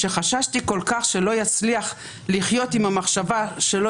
שחששתי כל כך שלא יצליח לחיות עם המחשבה שלא